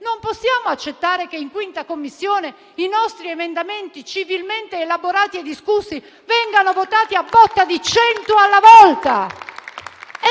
non possiamo però accettare che in 5ª Commissione i nostri emendamenti, civilmente elaborati e discussi, vengano votati a botte di cento alla volta.